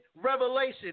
revelation